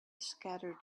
scattered